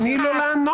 תני לו לענות.